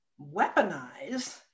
Weaponize